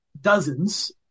dozens